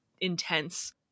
intense